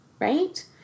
Right